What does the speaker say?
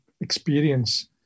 experience